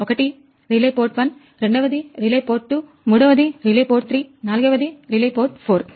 ఒకటి relay port 1 రెండవది ఒకటి రిలే పోర్ట్ 2 మూడవది ఒకటి రిలే పోర్ట్ 3 నాలుగవది ఒకటి రిలే పోర్ట్ 4